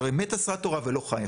שהרי מת אסרה תורה ולא חי.